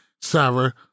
Sarah